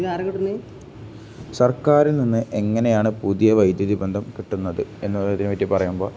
സർക്കാരിൽ നിന്ന് എങ്ങനെയാണ് പുതിയ വൈദ്യുതി ബന്ധം കിട്ടുന്നത് എന്നതിനെ പറ്റി പറയുമ്പോൾ